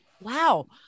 wow